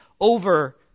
over